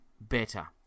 better